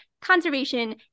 conservation